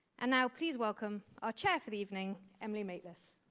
and now please welcome our chair for the evening, emily maitlis.